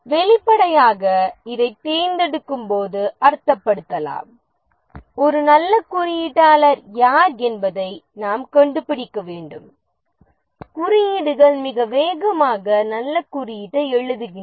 வெளிப்படையாக இதைத் தேர்ந்தெடுக்கும் போது அர்த்தப்படுத்தலாம் ஒரு நல்ல குறியீட்டாளர் யார் என்பதை நாம் கண்டுபிடிக்க வேண்டும் குறியீடுகள் மிக வேகமாக நல்ல குறியீட்டை எழுதுகின்றன